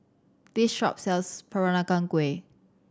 this shop sells Peranakan Kueh